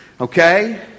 Okay